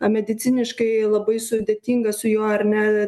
mediciniškai labai sudėtinga su juo ar ne